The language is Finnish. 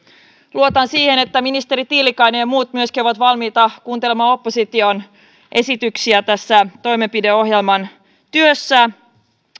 luotan siihen että ministeri tiilikainen ja muut myöskin ovat valmiita kuuntelemaan opposition esityksiä tässä toimenpideohjelman työssä